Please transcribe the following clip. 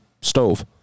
stove